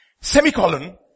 Semi-colon